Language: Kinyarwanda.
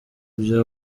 ibyaha